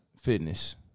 Fitness